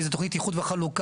כי זו תוכנית איחוד וחלוקה,